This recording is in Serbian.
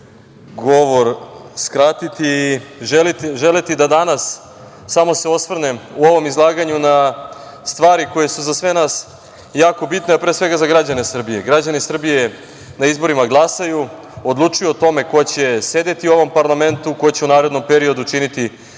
govor skratiti i želeti da se danas samo osvrnem u ovom izlaganju na stvari koji su za sve nas jako bitne, a pre svega za građane. Građani Srbije na izborima glasaju, odlučuju o tome ko će sedeti u ovom parlamentu, ko će u narednom periodu činiti